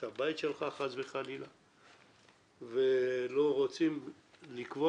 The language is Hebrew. ולא רוצים לקבוע לכם לוח זמנים שלא תוכלו לעמוד בזה.